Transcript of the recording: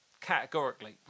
categorically